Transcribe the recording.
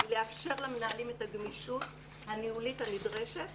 היא לאפשר למנהלים את הגמישות הניהולית הנדרשת